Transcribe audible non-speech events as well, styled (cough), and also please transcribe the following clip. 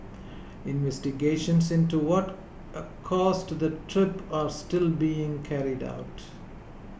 investigations into what (hesitation) caused the trip are still being carried out